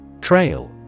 Trail